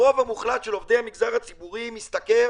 הרוב המוחלט של עובדי המגזר הציבורי משתכר